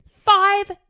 five